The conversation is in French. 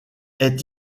est